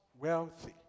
wealthy